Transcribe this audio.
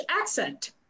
accent